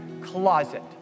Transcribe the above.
closet